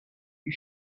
you